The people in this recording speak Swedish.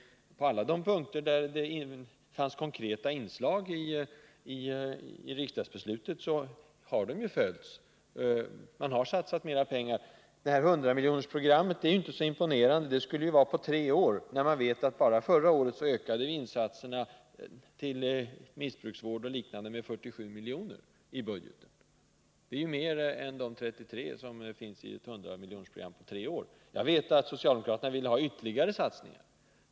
På alla de punkter där det fanns konkreta inslag i riksdagens beslut har de följts. Vi har satsat mera pengar. Hundramiljonersprogrammet är inte så imponerande — det skulle ju gälla tre år — när man vet att vi bara förra året ökade insatserna till missbrukarvård och liknande med 47 milj.kr. i budgeten. Det kan jämföras med de 33 milj.kr. som ett hundramiljonersprogram på tre år innebär för ett år. Jag vet att socialdemokraterna vill ha ytterligare satsningar.